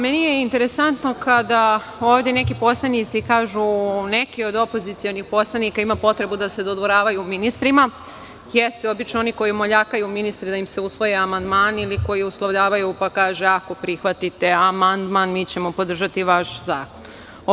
Meni je interesantno kada ovde neki poslanici kažu, neki od opozicionih poslanika imaju potrebu da se dodvoravaju ministrima, jesu obično oni koji moljakaju ministre da im se usvoje amandmani, ili koji uslovljavaju pa kažu, ako prihvatite amandman, mi ćemo podržati vaš zakon.